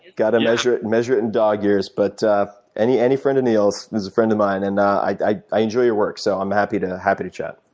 gotta measure it and measure it in dog years but any any friend of neil's is a friend of mine. and i i enjoy your work so i'm happy to happy to chat.